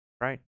right